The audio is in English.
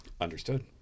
Understood